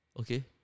Okay